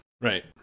Right